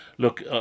Look